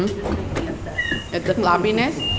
and this makes me upset the floppiness? yeah.